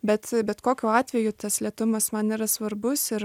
bet bet kokiu atveju tas lėtumas man yra svarbus ir